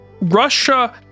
russia